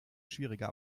schwieriger